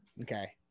Okay